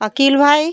अकील भाई